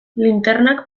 linternak